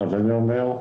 אני אומר: